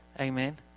Amen